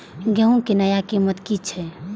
गेहूं के नया कीमत की छे?